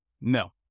No